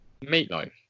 Meatloaf